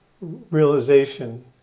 realization